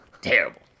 terrible